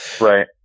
Right